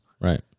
Right